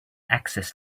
access